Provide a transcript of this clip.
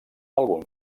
algun